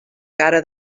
cara